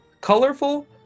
colorful